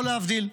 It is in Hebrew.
לא להבדיל,